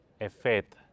effect